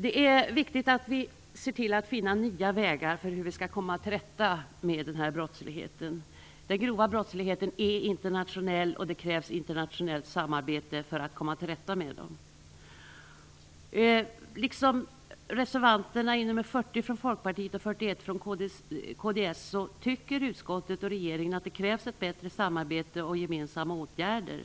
Det är viktigt att finna nya vägar för hur vi skall komma till rätta med denna brottslighet. Den grova brottsligheten är internationell, och det krävs internationellt samarbete för att komma till rätta med den. Folkpartiet och nr 41 från Kristdemokraterna tycker utskottet och regeringen att det krävs ett bättre samarbete och gemensamma åtgärder.